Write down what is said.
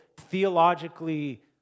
theologically